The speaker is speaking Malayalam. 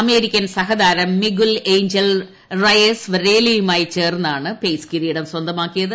അമേരിക്കൻ സഹതാരം മിഗുൽ ഏഞ്ചൽ റയേസ് വരേലയുമായി ചേർന്നാണ് പേസ് കിരീടം സ്വന്തമാക്കിയത്